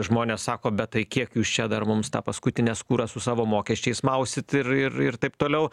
žmonės sako bet tai kiek jūs čia dar mums tą paskutinę skūrą su savo mokesčiais mausit ir ir ir taip toliau